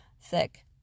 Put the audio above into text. thick